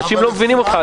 אנשים לא מבינים אותך.